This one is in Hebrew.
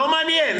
זה לא מעניין.